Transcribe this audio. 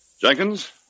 Jenkins